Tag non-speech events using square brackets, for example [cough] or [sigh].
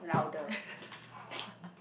[laughs]